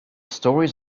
stories